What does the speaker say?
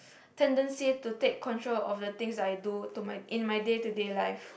tendency to take controls of the things that I do to my in my day to day life